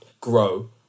grow